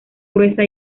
gruesa